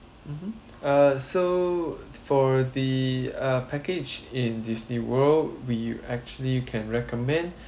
mmhmm uh so for the uh package in Disneyworld we actually can recommend